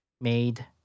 made